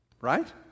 Right